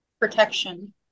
protection